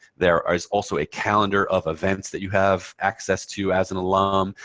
there is also a calendar of events that you have access to as an alum.